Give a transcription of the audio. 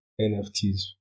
NFTs